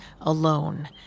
alone